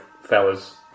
fellas